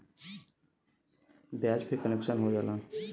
ब्याज पे कन्सेसन हो जाला